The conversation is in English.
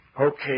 Okay